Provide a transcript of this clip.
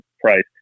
price